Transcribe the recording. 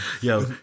Yo